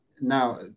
Now